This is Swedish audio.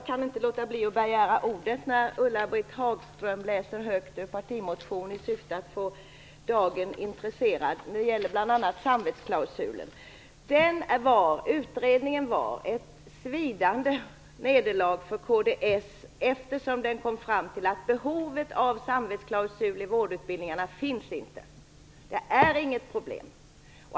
Fru talman! När Ulla-Britt Hagström läser högt ur partimotionen i syfte att väcka intresse kan jag inte låta bli att begära ordet. Det gäller bl.a. samvetsklausulen. Men utredningen var ett svidande nederlag för kds. Den kom ju fram till att det inte finns behov av en samvetsklausul i vårdutbildningarna. Det här är inget problem.